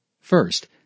First